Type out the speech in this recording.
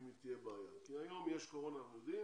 אם תהיה בעיה כי היום יש קורונה ומה יהיה